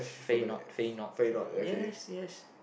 Feyenoord Feyenoord yes yes